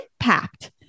impact